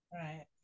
right